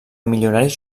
milionaris